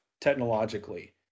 technologically